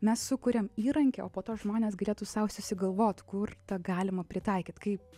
mes sukuriam įrankį o po to žmonės galėtų sau susigalvot kur galima pritaikyt kaip